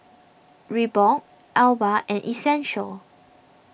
Reebok Alba and Essential